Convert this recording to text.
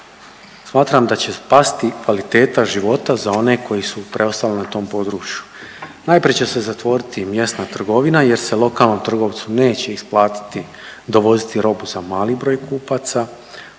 Smatram da će pasti kvaliteta života za one koji su preostali na tom području. Najprije će se zatvoriti mjesna trgovina, jer se lokalnom trgovcu neće isplatiti dovoziti robu za mali broj kupaca